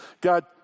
God